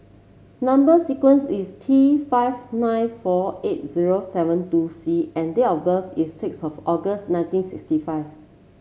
number sequence is T five nine four eight zero seven two C and date of birth is six of August nineteen sixty five